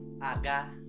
Aga